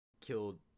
killed